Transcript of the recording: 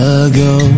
ago